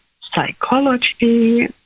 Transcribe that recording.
psychology